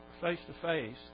face-to-face